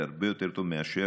זה הרבה יותר טוב מאשר